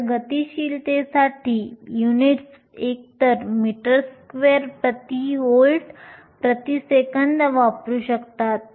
तर गतिशीलतेसाठी युनिट्स एकतर मीटर स्क्वेअर प्रति व्होल्ट प्रति सेकंद वापरू शकतात